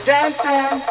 Dancing